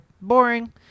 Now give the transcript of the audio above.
boring